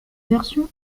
version